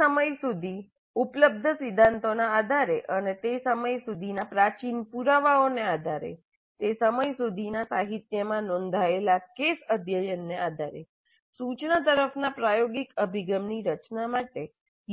તે સમય સુધી ઉપલબ્ધ સિદ્ધાંતના આધારે અને તે સમય સુધીના પ્રાચીન પુરાવાઓના આધારે તે સમય સુધીના સાહિત્યમાં નોંધાયેલા કેસ અધ્યયનના આધારે સૂચના તરફના પ્રાયોગિક અભિગમની રચના માટે